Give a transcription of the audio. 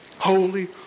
Holy